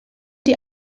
die